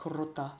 corotta